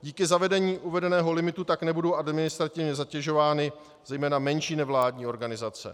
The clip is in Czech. Díky zavedení uvedeného limitu tak nebudou administrativně zatěžovány zejména menší nevládní organizace.